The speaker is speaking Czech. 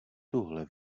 tuhle